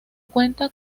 cuenta